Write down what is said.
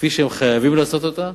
כפי שהם חייבים לעשות אותה,